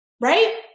right